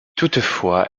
toutefois